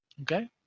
Okay